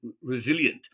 resilient